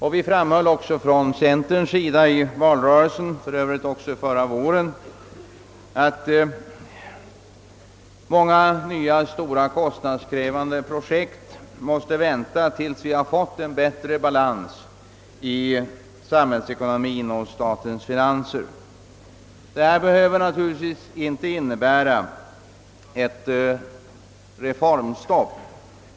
Centern framhöll också under valrörelsen, och för övrigt också förra våren, att nya, stora kostnadskrävande projekt måste uppskjutas tills vi fått en bättre balans i samhällsekonomien och statens finanser. Detta behöver naturligtvis inte innebära ett reformstopp.